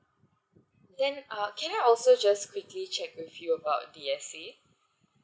then uh can I also just quickly check with you about D_S_A